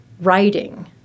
writing